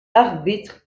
arbitre